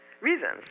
reasons